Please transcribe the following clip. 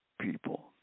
people